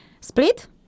Split